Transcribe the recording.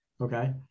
Okay